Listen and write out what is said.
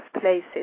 places